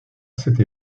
cette